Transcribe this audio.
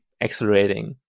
accelerating